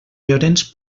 llorenç